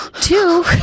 Two